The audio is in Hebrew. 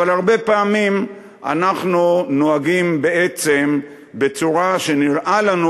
אבל הרבה פעמים אנחנו נוהגים בעצם בצורה שנראה לנו